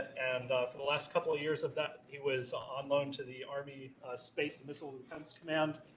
and for the last couple of years of that, he was online to the army space and missile defense command.